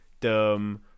dumb